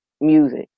music